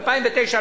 2009,